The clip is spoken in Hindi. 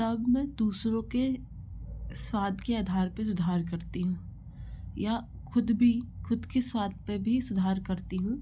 तब मैं दूसरों के स्वाद के आधार पे सुधार करती हूँ या खुद भी खुद के स्वाद पे भी सुधार करती हूँ